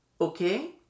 okay